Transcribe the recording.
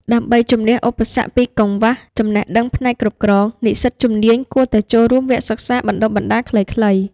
ដើម្បីជំនះឧបសគ្គពី កង្វះចំណេះដឹងផ្នែកគ្រប់គ្រង និស្សិតជំនាញគួរតែចូលរួមវគ្គសិក្សាបណ្តុះបណ្តាលខ្លីៗ។